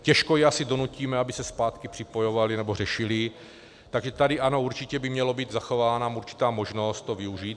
Těžko je asi donutíme, aby se zpátky připojovali nebo řešili, takže tady ano, určitě by měla být zachována určitá možnost to využít.